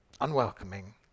unwelcoming